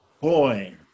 boy